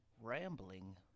Rambling